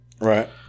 right